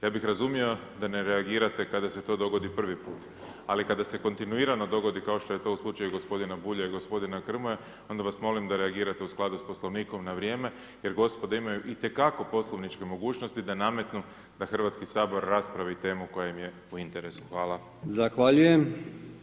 Ja bih razumio da ne reagirate kada se to dogodi prvi puta, ali kada se kontinuirano dogodi, kao što je to u slučaju gospodina Bulja i gospodina Grmoje, onda vas molim da reagirate u skladu s Poslovnikom na vrijeme jer gospoda imaju itekako poslovničke mogućnosti da nametnu da HS raspravi temu koja im je u interesu.